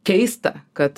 keista kad